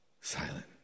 silent